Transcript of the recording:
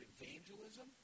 evangelism